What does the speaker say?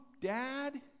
Dad